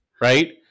Right